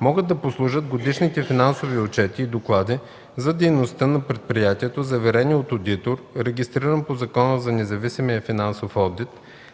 могат да послужат годишните финансови отчети и доклади за дейността на предприятието, заверени от одитор, регистриран по Закона за независимия финансов одит,